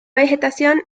vegetación